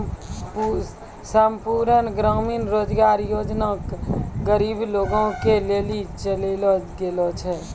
संपूर्ण ग्रामीण रोजगार योजना गरीबे लोगो के लेली चलैलो गेलो छै